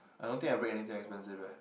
I don't think I wear anything expensive leh